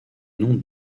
nom